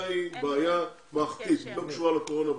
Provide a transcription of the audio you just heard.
היא בעיה מערכתית שלא קשורה לקורונה.